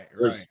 right